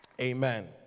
Amen